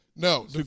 No